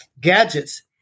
gadgets